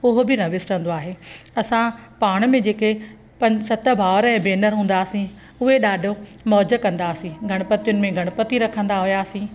उहो बि न विसरंदो आहे असां पाण में जेके पंज सत भावर ऐं भेनरूं हूंदा हुआसीं उहे ॾाढो मौज कंदा हुआसीं गणपतियुनि में गणपति रखंदा हुआसीं